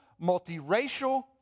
multiracial